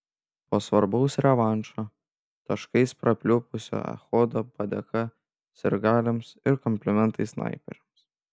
po svarbaus revanšo taškais prapliupusio echodo padėka sirgaliams ir komplimentai snaiperiams